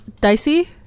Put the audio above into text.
Dicey